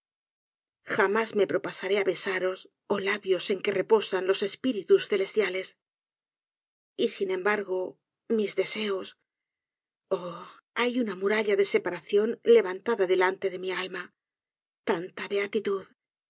jamás me propasaré á besaros oh labios en que reposan los espíritus celestiales y sin embargo mis deseos oh hay una muralla de separación levantada delante de mi alma tanta beatitud